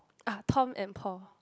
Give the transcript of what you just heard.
uh Tom and Paul